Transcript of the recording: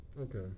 Okay